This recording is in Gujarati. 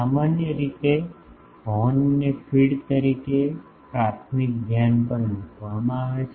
સામાન્ય રીતે હોર્નને ફીડ તરીકે પ્રાથમિક ધ્યાન પર મૂકવામાં આવે છે